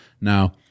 Now